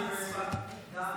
דן,